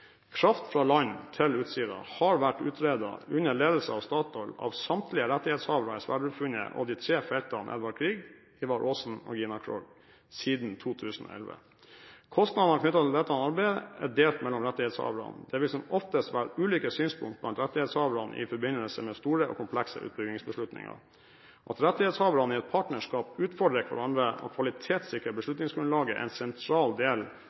Kraft fra land til Utsira har vært utredet, under ledelse av Statoil, av samtlige rettighetshavere i Sverdrup-funnet og de tre feltene Edvard Grieg, Ivar Aasen og Gina Krog siden 2011. Kostnadene knyttet til dette arbeidet er delt mellom rettighetshaverne. Det vil som oftest være ulike synspunkter blant rettighetshaverne i forbindelse med store og komplekse utbyggingsbeslutninger. At rettighetshaverne i et partnerskap utfordrer hverandre og kvalitetssikrer beslutningsgrunnlaget, er en sentral del